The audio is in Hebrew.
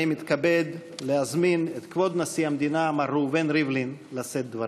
אני מתכבד להזמין את כבוד נשיא המדינה מר ראובן ריבלין לשאת דברים.